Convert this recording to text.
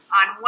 on